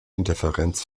interferenz